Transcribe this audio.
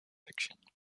fiction